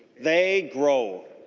they grow.